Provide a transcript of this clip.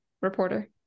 reporter